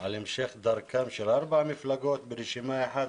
על המשך דרכם של ארבע מפלגות ברשימה אחת.